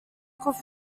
could